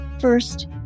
First